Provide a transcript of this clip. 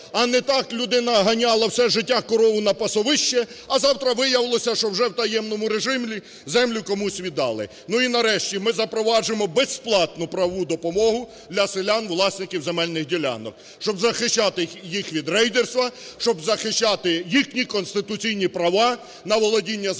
А не так людина ганяла все життя корову на пасовище, а завтра виявилося, що вже в таємному режимі землю комусь віддали. Ну і, нарешті, ми запроваджуємо безплатну правову допомогу для селян, власників земельних ділянок. Щоб захищати їх від рейдерства, щоб захищати їхні конституційні права на володіння землею.